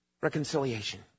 Reconciliation